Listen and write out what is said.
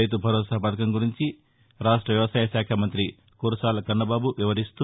రైతు భరోసా పథకం గురించి రాష్ట వ్యవసాయ శాఖ మంత్రి కురసాల కన్నబాబు వివరిస్తూ